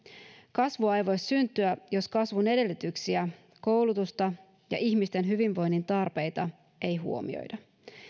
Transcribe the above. kasvua ei voi syntyä jos kasvun edellytyksiä koulutusta ja ihmisten hyvinvoinnin tarpeita ei huomioida